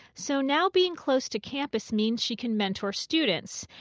so now being close to campus means she can mentor students.